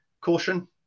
caution